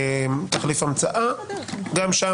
בסדר?